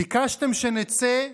ביקשתם שנצא,